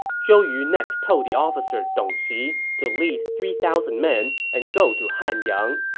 zhou yu next told the officer dong xi to lead three thousand men and go to hanyang,